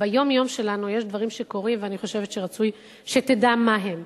ביום-יום שלנו יש דברים שקורים ואני חושב שרצוי שתדע מהם.